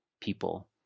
people